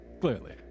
Clearly